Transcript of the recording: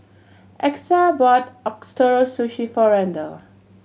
Exa bought Ootoro Sushi for Randle